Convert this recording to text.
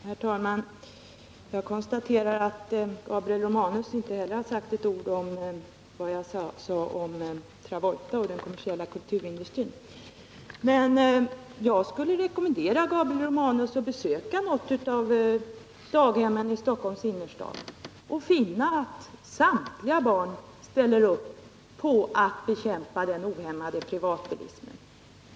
Herr talman! Jag konstaterar att Gabriel Romanus inte med ett ord har kommenterat vad jag sade om John Travolta och den kommersiella kulturindustrin. Jag rekommenderar Gabriel Romanus att besöka något av daghemmen i Stockholms innerstad. Han kommer då att finna att samtliga barn ställer upp för att bekämpa den ohämmade privatbilismen.